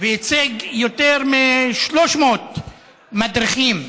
וייצג יותר מ-300 מדריכים,